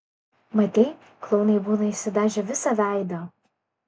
matei klounai būna išsidažę visą veidą